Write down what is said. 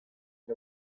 gli